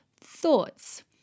thoughts